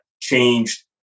changed